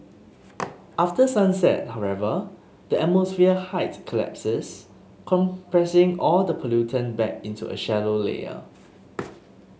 after sunset however the atmosphere height collapses compressing all the pollutant back into a shallow layer